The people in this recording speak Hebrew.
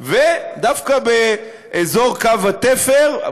ודווקא באזור קו התפר,